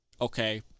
okay